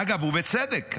אגב, בצדק.